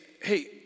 hey